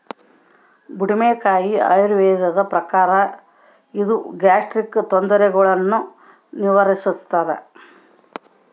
ಬುಡುಮೆಕಾಯಿ ಆಯುರ್ವೇದದ ಪ್ರಕಾರ ಇದು ಗ್ಯಾಸ್ಟ್ರಿಕ್ ತೊಂದರೆಗುಳ್ನ ನಿವಾರಿಸ್ಥಾದ